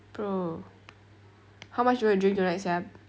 bro how much do you want to drink tonight sia